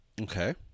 Okay